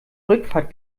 rückfahrt